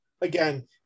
again